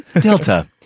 Delta